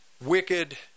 wicked